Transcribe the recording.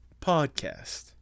Podcast